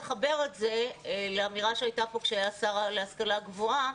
אחבר את זה לאמירה שהייתה פה כשהיה השר להשכלה גבוהה,